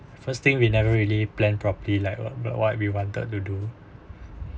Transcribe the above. first thing we never really plan properly like what like what we wanted to do